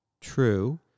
True